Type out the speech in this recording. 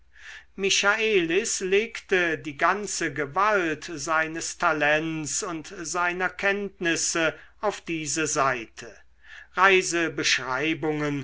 michaelis legte die ganze gewalt seines talents und seiner kenntnisse auf diese seite reisebeschreibungen